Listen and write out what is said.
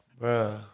Bro